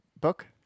book